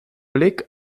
blick